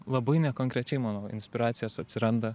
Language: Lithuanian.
labai nekonkrečiai mano inspiracijos atsiranda